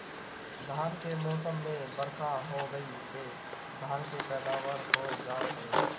धान के मौसम में बरखा हो गईल तअ धान के पैदावार हो जात हवे